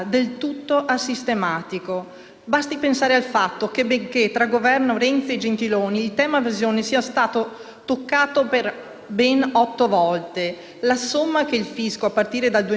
ben otto volte, la somma che il fisco, a partire dal 2015, è riuscita a farsi restituire è diminuita, così com'è testimoniato nella relazione della Corte dei conti.